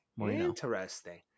interesting